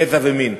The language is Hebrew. גזע ומין.